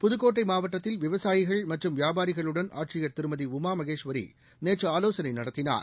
புதுக்கோட்டைமாவட்டத்தில் விவசாயிகள் மற்றும் வியாபாரிகளுடன் ஆட்சியா் திருமதி உமாமகேஸ்வரிநேற்றுஆலோசனைநடத்தினார்